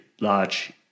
large